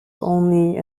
only